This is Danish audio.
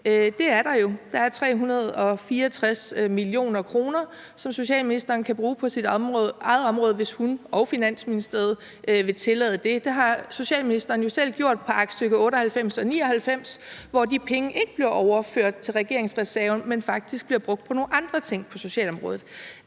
det er der jo. Der er 364 mio. kr., som socialministeren kan bruge på sit eget område, hvis hun og Finansministeriet vil tillade det, og det har socialministeren jo selv gjort på aktstykke 98 og 99, hvor de penge ikke bliver overført til regeringsreserven, men faktisk bliver brugt på nogle andre ting på socialområdet.